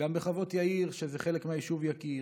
גם בחוות יאיר, שזה חלק מהיישוב יקיר,